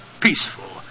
peaceful